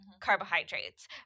carbohydrates